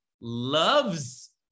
loves